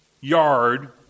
yard